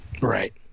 right